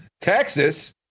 Texas